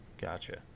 gotcha